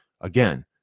again